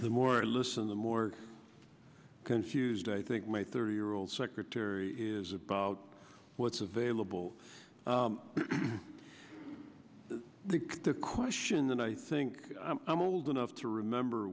the more i listen the more confused i think my thirty year old secretary is about what's available i think the question that i think i'm old enough to remember